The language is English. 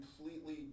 completely